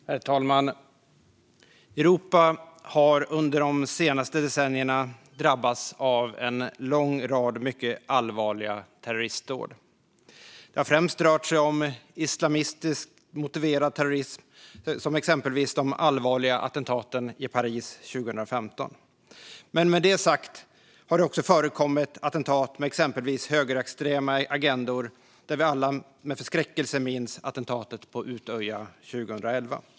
Herr talman! Europa har under de senaste decennierna drabbats av en lång rad mycket allvarliga terroristdåd. Det har främst rört sig om islamistiskt motiverad terrorism, exempelvis de allvarliga attentaten i Paris 2015. Med detta sagt har det också förekommit attentat med exempelvis högerextrema agendor, och vi minns alla med förskräckelse attentatet på Utøya 2011.